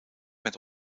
met